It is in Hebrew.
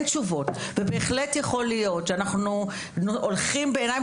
ייתכן מאוד שאנחנו הולכים בעיניים